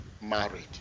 married